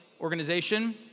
...organization